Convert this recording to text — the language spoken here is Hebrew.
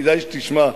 וכדאי שתשמע,